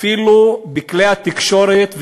אפילו בכלי התקשורת,